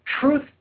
Truth